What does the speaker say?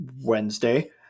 Wednesday